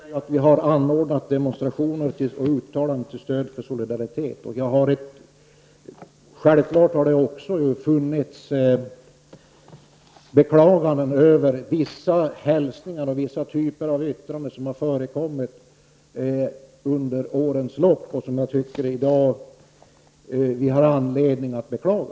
Herr talman! Jag vill påminna Håkan Holmberg om att vi har anordnat demonstrationer och antagit uttalanden till stöd för Solidaritet. Självklart har det också förekommit klagomål över vissa hälsningar och vissa typer av yttranden som har förekommit under årens lopp och som jag i dag tycker att vi har anledning att beklaga.